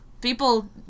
people